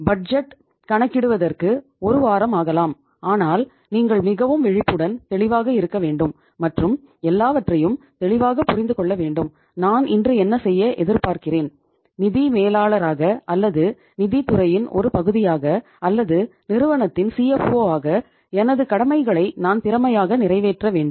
budget எனது கடமைகளை நான் திறமையாக நிறைவேற்ற வேண்டும்